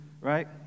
right